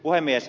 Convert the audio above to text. puhemies